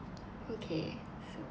okay